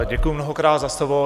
Děkuji mnohokrát za slovo.